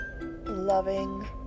loving